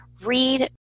read